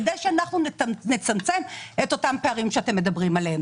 כדי שנצמצם את אותם פערים עליהם אתם מדברים.